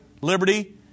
liberty